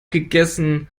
gegessen